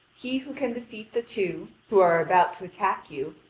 he who can defeat the two, who are about to attack you,